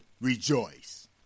rejoice